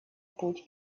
путь